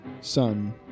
son